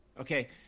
Okay